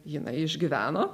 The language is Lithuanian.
jinai išgyveno